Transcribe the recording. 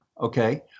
okay